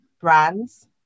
brands